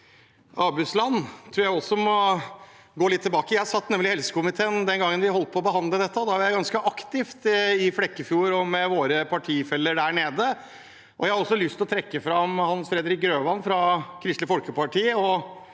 Abusland, tror jeg også må gå litt tilbake. Jeg satt nemlig i helsekomiteen den gangen vi behandlet dette, og da var jeg ganske aktivt med i Flekkefjord og med våre partifeller der nede. Jeg har også lyst til å trekke fram Hans Fredrik Grøvan og Olaug Vervik